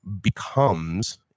becomes